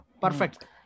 perfect